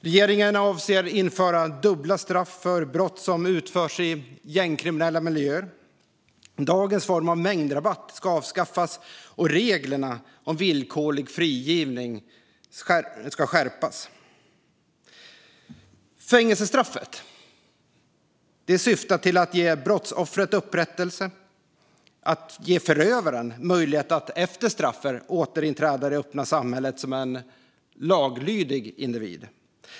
Regeringen avser att införa dubbla straff för brott som utförs i gängkriminella miljöer. Dagens form av mängdrabatt ska avskaffas, och reglerna om villkorlig frigivning ska skärpas. Fängelsestraffet syftar till att ge brottsoffret upprättelse och att ge förövaren möjlighet att efter straffet återinträda i det öppna samhället som en laglydig individ.